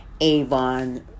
Avon